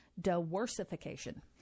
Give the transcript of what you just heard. diversification